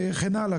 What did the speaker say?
וכן הלאה.